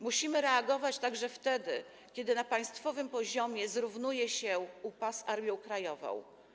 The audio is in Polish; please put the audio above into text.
Musimy reagować także wtedy, kiedy na państwowym poziomie zrównuje się UPA z Armią Krajową.